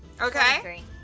Okay